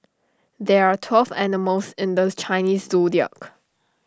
there are twelve animals in the Chinese Zodiac